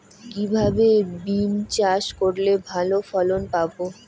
কিভাবে বিম চাষ করলে ভালো ফলন পাব?